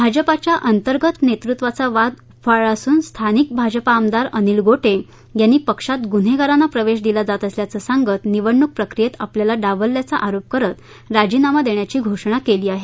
भारतीय जनता पक्षात अंतर्गत नेतृत्वाचा वाद उफाळला असून स्थानिक भाजपा आमदार अनिल गोटे यांनी पक्षात गुन्हेगारांना प्रवेश दिला जात असल्याचं सांगत निवडणुक प्रक्रीयेत आपल्याला डावल्याचा आरोप करत राजीनामा देण्याची घोषणा केली आहे